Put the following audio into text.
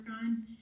on